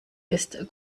ist